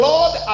Lord